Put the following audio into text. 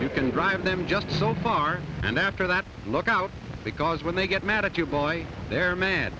you can drive them just so far and after that look out because when they get mad at you boy they're ma